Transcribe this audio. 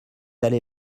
allé